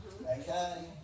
Okay